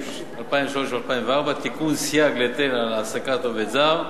2003 ו-2004) (תיקון סייג להיטל על העסקת עובד זר)